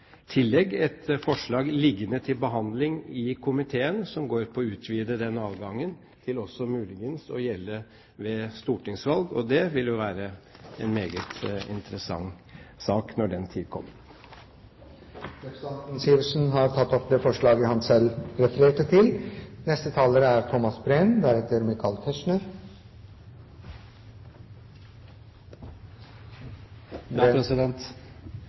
tillegg et forslag liggende til behandling i komiteen som går på å utvide den adgangen til også muligens å gjelde ved stortingsvalg. Og det vil jo være en meget interessant sak når den tid kommer. Representanten Hans Olav Syversen har tatt opp det forslaget han refererte til. I likhet med foregående taler